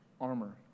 armor